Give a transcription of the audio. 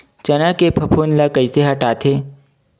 चना के फफूंद ल कइसे हटाथे?